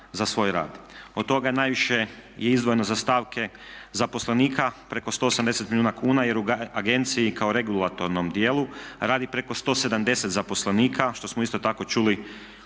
za svoj rad. Od toga najviše je izdvojeno za stavke zaposlenike preko 180 milijuna kuna jer u agenciji kao regulatornom tijelu radi preko 170 zaposlenika što smo isto tako čuli